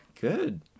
Good